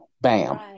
Bam